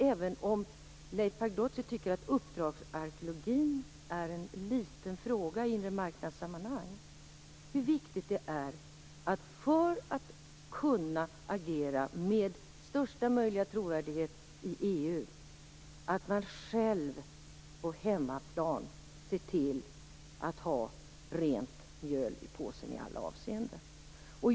Även om Leif Pagrotsky tycker att uppdragsarkeologin är en liten fråga i inremarknadssammanhang är det, för att man skall kunna agera med största möjliga trovärdighet i EU, viktigt att man själv på hemmaplan ser till att ha rent mjöl i påsen i alla avseenden.